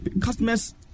customers